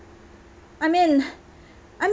I mean I mean